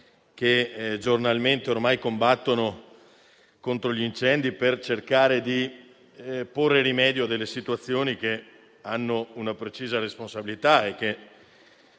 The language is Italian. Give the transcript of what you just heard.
che giornalmente ormai combattono gli incendi, per cercare di porre rimedio a situazioni che hanno una precisa responsabilità e che